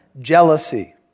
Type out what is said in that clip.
jealousy